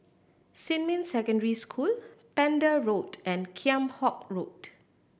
Xinmin Secondary School Pender Road and Kheam Hock Road